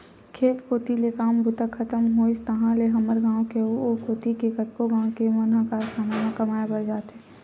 खेत कोती ले काम बूता खतम होइस ताहले हमर गाँव के अउ ओ कोती के कतको गाँव के मन ह कारखाना म कमाए बर जाथे